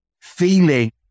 feeling